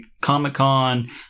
Comic-Con